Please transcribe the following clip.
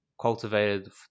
cultivated